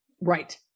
Right